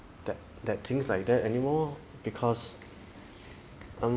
that that thinks like that anymore because mm